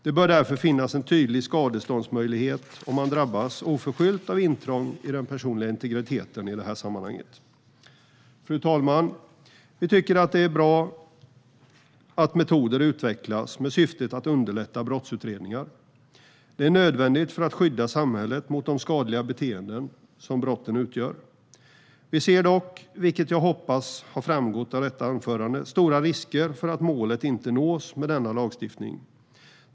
Det bör därför finnas en tydlig skadeståndsmöjlighet om man i det här sammanhanget oförskyllt drabbas av intrång i den personliga integriteten. Fru talman! Vi tycker att det är bra att metoder utvecklas med syftet att underlätta brottsutredningar. Det är nödvändigt för att skydda samhället mot de skadliga beteenden som brotten utgör. Vi ser dock, vilket jag hoppas har framgått av detta anförande, stora risker för att målet inte nås med denna lagstiftning.